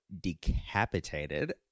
Decapitated